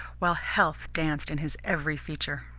while health danced in his every feature.